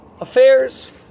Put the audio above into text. affairs